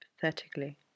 pathetically